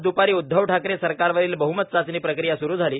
आज दूपारी उद्धव ठाकरे सरकारवरील बहूमत चाचणी प्रक्रिया सुरू झाली